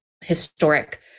historic